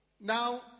Now